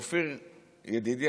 אופיר ידידי,